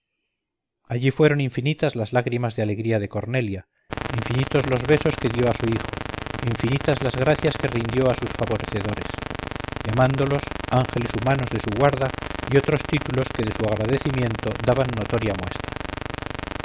allí fueron infinitas las lágrimas de alegría de cornelia infinitos los besos que dio a su hijo infinitas las gracias que rindió a sus favorecedores llamándolos ángeles humanos de su guarda y otros títulos que de su agradecimiento daban notoria muestra